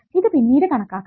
ഇത് പിന്നീട് കണക്കാക്കാം